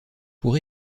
pour